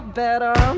better